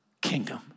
kingdom